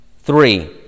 three